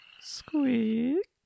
Squeak